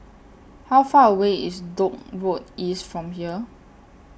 How Far away IS Dock Road East from here